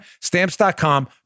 stamps.com